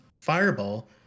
fireball